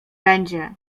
będzie